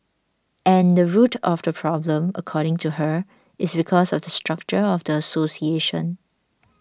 and the root of the problem according to her is because of the structure of the association